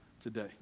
today